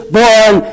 born